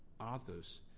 others